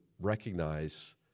recognize